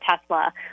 Tesla